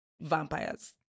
vampires